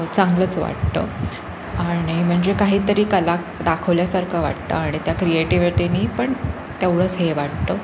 चांगलंच वाटतं आणि म्हणजे काही तरी कला दाखवल्यासारखं वाटतं आणि त्या क्रिएटिव्हिटीने पण तेवढंच हे वाटतं